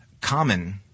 common